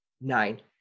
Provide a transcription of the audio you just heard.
nine